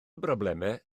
broblemau